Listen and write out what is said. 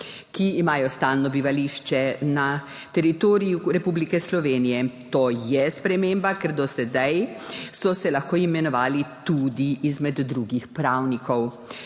ki imajo stalno bivališče na teritoriju Republike Slovenije. To je sprememba, ker do sedaj so se lahko imenovali tudi izmed drugih pravnikov.